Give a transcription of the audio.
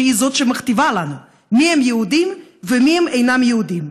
שהיא שמכתיבה לנו מי יהודים ומי אינם יהודים.